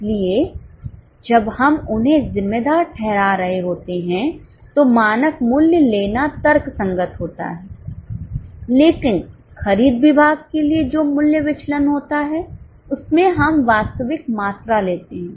इसीलिए जब हम उन्हें ज़िम्मेदार ठहरा रहे होते हैं तो मानक मूल्य लेना तर्कसंगत होता है लेकिन खरीद विभाग के लिए जो मूल्य विचलन होता है उसमें हम वास्तविक मात्रा लेते हैं